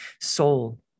soul